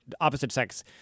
opposite-sex